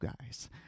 guys